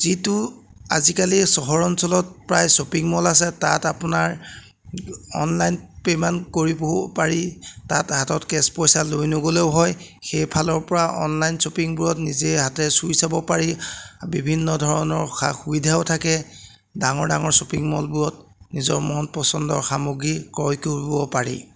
যিটো আজিকালি চহৰ অঞ্চলত প্ৰায় শ্বপিং মল আছে তাত আপোনাৰ অনলাইন পে'মেণ্ট কৰিবও পাৰি তাত হাতত কেচ পইচা লৈ নগ'লেও হয় সেইফালৰ পৰা অনলাইন শ্বপিংবোৰত নিজে হাতে চুই চাব পাৰি বিভিন্ন ধৰণৰ সা সুবিধাও থাকে ডাঙৰ ডাঙৰ শ্বপিং মলবোৰত নিজৰ মন পচন্দৰ সামগ্ৰী ক্ৰয় কৰিবও পাৰি